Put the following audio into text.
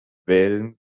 wählen